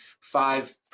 five